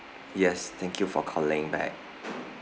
yes thank you for calling back